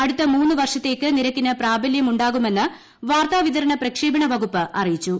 അടുത്ത മൂന്ന് വർഷത്തേക്ക് നിരക്കിന് പ്രാബല്യമുണ്ടാകുമെന്ന് വാർത്താവിതരണ പ്രക്ഷേപണ വകുപ്പ് അറിയിച്ചു